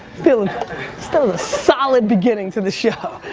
feelin' so a solid beginning to the show.